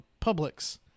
Publix